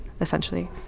essentially